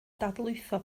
dadlwytho